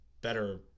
better